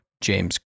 James